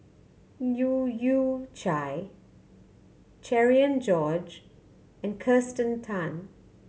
Leu Yew Chye Cherian George and Kirsten Tan